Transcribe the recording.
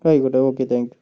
ആയിക്കോട്ടെ okay thank U